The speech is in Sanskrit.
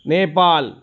नेपाल्